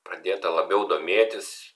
pradėta labiau domėtis